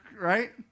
right